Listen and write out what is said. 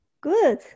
Good